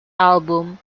album